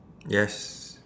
yes